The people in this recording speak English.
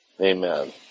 Amen